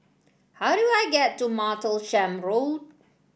how do I get to Martlesham Road